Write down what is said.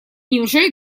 неужели